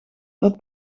dat